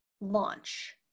launch